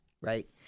right